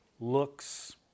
looks